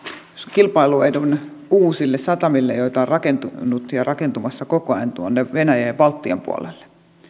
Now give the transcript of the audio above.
kilpailuedun uusille satamille joita on rakentunut ja rakentumassa koko ajan tuonne venäjän ja baltian puolelle